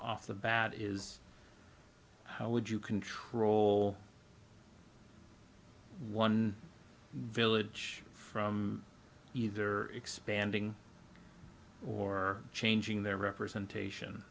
off the bat is how would you control one village from either expanding or changing their representation